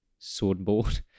Swordboard